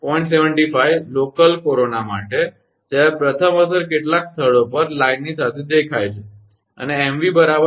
75 local corona માટે જ્યારે પ્રથમ અસર કેટલાક સ્થળો પર લાઇનની સાથે દેખાય છે અને 𝑚𝑣 0